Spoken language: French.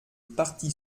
parti